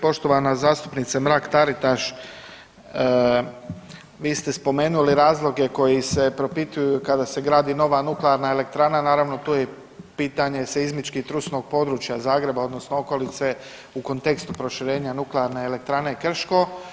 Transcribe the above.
Poštovana zastupnice Mrak-Taritaš, vi ste spomenuli razloge koji se propituju kada se gradi nova nuklearna elektrana, naravno tu je i pitanje seizmički trusnog područja Zagreba odnosno okolice u kontekstu proširenja Nuklearne elektrane Krško.